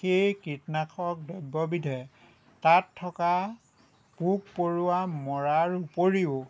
সেই কীটনাশক দ্ৰব্যবিধে তাত থকা পোক পৰুৱা মৰাৰ ওপৰিও